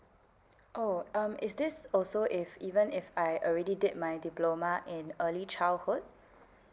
oh um is this also if even if I already did my diploma in early childhood